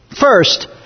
First